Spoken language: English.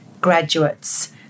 graduates